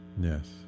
Yes